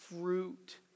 fruit